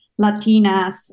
Latinas